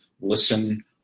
Listen